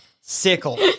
Sickle